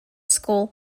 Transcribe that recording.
school